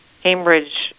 Cambridge